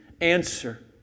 answer